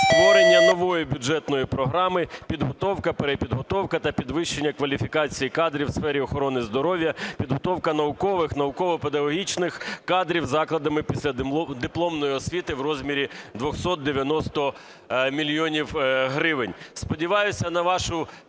створення нової бюджетної програми "Підготовка, перепідготовка та підвищення кваліфікації кадрів у сфері охорони здоров'я, підготовка наукових, науково-педагогічних кадрів закладів післядипломної освіти" в розмірі 290 мільйонів гривень. Сподіваюсь на вашу підтримку.